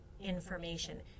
information